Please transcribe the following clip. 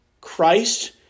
Christ